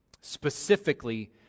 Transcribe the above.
Specifically